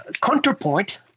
Counterpoint